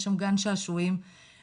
יש שם גן שעשועים מרווח,